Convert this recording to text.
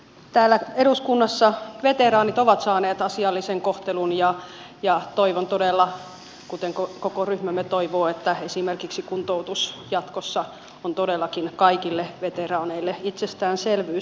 täällä eduskunnassa veteraanit ovat saaneet asiallisen kohtelun ja toivon todella kuten koko ryhmämme toivoo että esimerkiksi kuntoutus jatkossa on todellakin kaikille veteraaneille itsestäänselvyys